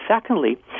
secondly